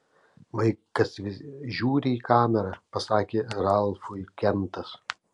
vaikas vis žiūri į kamerą pasakė ralfui kentas